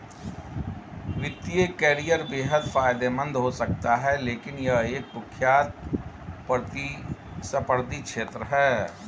वित्तीय करियर बेहद फायदेमंद हो सकता है लेकिन यह एक कुख्यात प्रतिस्पर्धी क्षेत्र है